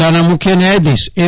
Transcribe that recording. જિલ્લાના મુખ્ય ન્યાયધીશ એમ